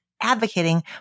advocating